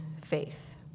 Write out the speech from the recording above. faith